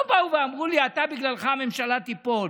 לא באו ואמרו לי: בגללך הממשלה תיפול.